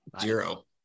zero